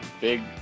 big